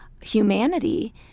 humanity